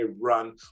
run